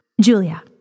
Julia